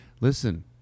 Listen